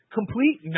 complete